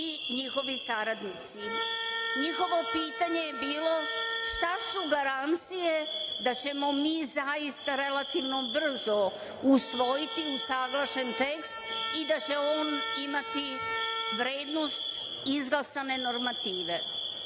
i njihovi saradnici, i njihovo pitanje je bilo šta su garancije da ćemo mi zaista relativno brzo usvojiti usaglašen tekst i da će on imati vrednost izglasane normative. Rekli